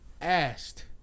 asked